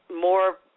more